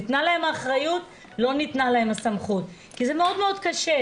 ניתנה להם האחריות ולא ניתנה להם הסמכות כי זה מאוד קשה,